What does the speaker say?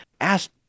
asked